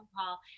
call